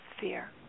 fear